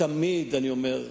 תמיד אני אומר,